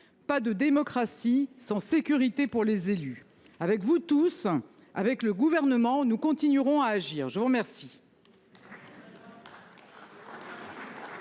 Pas de démocratie sans sécurité. Pour les élus, avec vous tous avec le gouvernement, nous continuerons à agir. Je vous remercie.